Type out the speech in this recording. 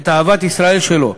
את אהבת ישראל שלו,